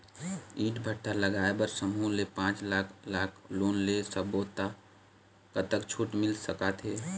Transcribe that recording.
ईंट भट्ठा लगाए बर समूह ले पांच लाख लाख़ लोन ले सब्बो ता कतक छूट मिल सका थे?